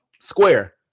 Square